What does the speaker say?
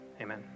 Amen